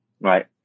Right